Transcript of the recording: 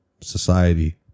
society